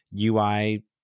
ui